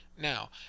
now